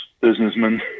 businessman